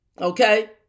Okay